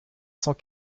cent